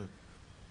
תודה.